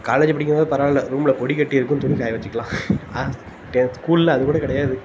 college படிக்கும்போது பரவாயில்லை ரூமில் கொடிக்கட்டி இருக்கும் துணி காய வெச்சுக்கலாம் டென்த் ஸ்கூலில் அது கூட கிடையாது